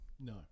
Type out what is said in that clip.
No